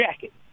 jacket